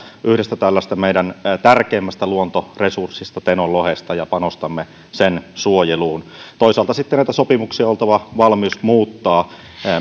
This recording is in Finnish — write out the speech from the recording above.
yhdestä tällaisesta meidän tärkeimmästä luontoresurssistamme tenon lohesta ja panostamme sen suojeluun toisaalta sitten näitä sopimuksia on oltava valmius muuttaa